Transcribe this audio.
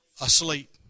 Asleep